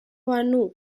banu